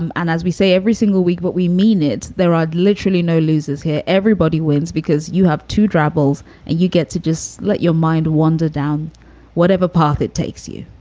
and and as we say, every single week, what we mean is there are literally no losers here everybody wins because you have to draw tables and you get to just let your mind wander down whatever path it takes you,